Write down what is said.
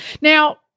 Now